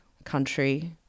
country